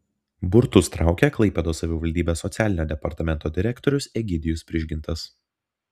burtus traukė klaipėdos savivaldybės socialinio departamento direktorius egidijus prižgintas